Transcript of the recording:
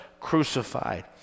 crucified